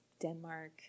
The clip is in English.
Denmark